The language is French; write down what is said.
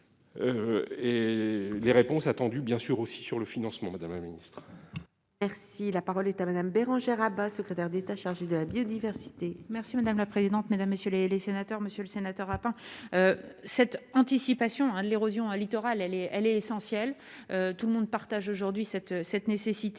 et les réponses attendues bien sûr aussi sur le financement Madame. Merci, la parole est à Madame Bérangère Abba, secrétaire d'État chargée de la biodiversité. Merci madame la présidente, mesdames, messieurs les sénateurs, Monsieur le Sénateur a pas cette anticipation l'érosion littorale, elle est, elle est essentielle, tout le monde partage aujourd'hui cette cette